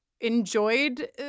enjoyed